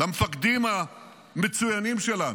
למפקדים המצוינים שלנו,